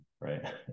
right